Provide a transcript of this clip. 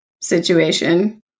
situation